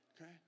Okay